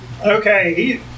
okay